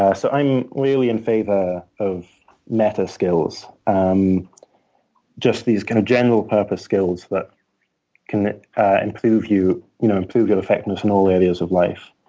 ah so i'm really in favor of matter skills. um just these kind of general purpose skills that can improve you know improve your effectiveness in all areas of life.